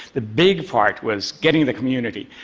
the big part was getting the community.